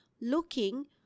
looking